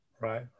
Right